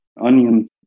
onion